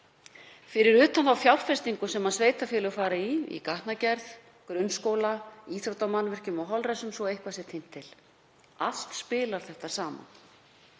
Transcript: fyrir utan þá fjárfestingu sem sveitarfélög fara í í gatnagerð, grunnskólum, íþróttamannvirkjum og holræsum svo eitthvað sé tínt til. Allt spilar þetta saman.